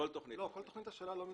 בכל תכנית השאלה לא מתעוררת.